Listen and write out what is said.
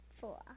Four